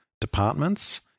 departments